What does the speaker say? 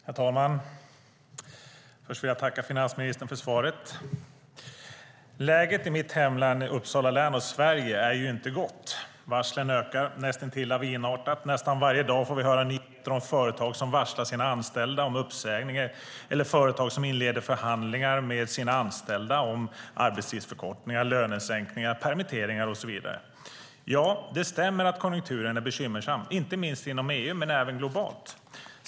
Herr talman! Först vill jag tacka finansministern för svaret. Läget i mitt hemlän Uppsala län och i Sverige är inte gott. Varslen ökar, näst intill lavinartat. Nästan varje dag får vi höra nyheter om företag som varslar sina anställda om uppsägning eller företag som inleder förhandlingar med sina anställda om arbetstidsförkortningar, lönesänkningar, permitteringar och så vidare. Ja, det stämmer att konjunkturen är bekymmersam, inte minst inom EU, men även globalt.